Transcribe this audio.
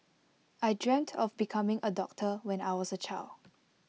I dreamt of becoming A doctor when I was A child